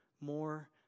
more